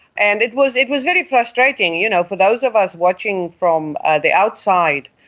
and it was it was very frustrating, you know, for those of us watching from the outside,